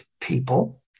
people